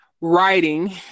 writing